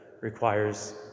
requires